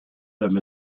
them